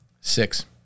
Six